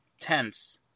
tense